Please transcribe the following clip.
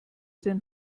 den